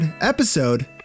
episode